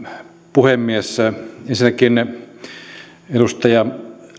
puhemies ensinnäkin edustaja